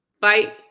fight